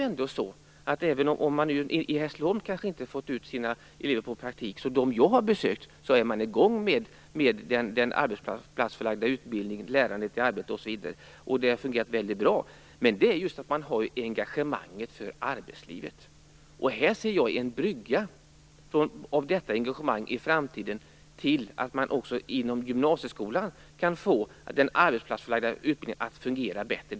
Även om man kanske inte har fått ut sina elever i praktik i Hässleholm, så är man i gång med den arbetsplatsförlagda utbildningen - lärandet i arbete osv. - på de platser som jag har besökt. Det har fungerat väldigt bra. Men det gäller just att man har engagemanget för arbetslivet. Här ser jag en brygga. Det här engagemanget kan i framtiden leda till att man också inom gymnasieskolan kan få den arbetsplatsförlagda utbildningen att fungera bättre.